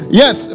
yes